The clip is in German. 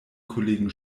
kollegen